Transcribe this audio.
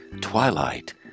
Twilight